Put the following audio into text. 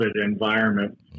environment